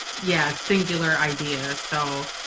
yeah. singular idea. so,